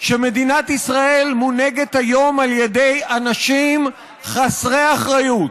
שמדינת ישראל מונהגת היום על ידי אנשים חסרי אחריות,